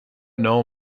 known